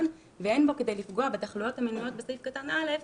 ואין בו כדי לפגוע בתחלואות המנויות בסעיף קטן (א),